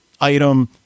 item